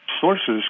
sources